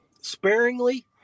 sparingly